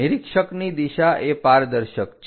નિરીક્ષકની દિશા એ પારદર્શક છે